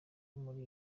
muri